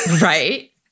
right